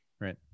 Right